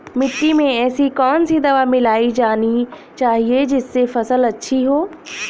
मिट्टी में ऐसी कौन सी दवा मिलाई जानी चाहिए जिससे फसल अच्छी हो?